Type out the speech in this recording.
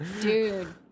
dude